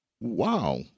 Wow